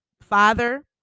father